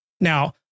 Now